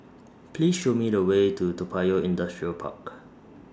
Please Show Me The Way to Toa Payoh Industrial Park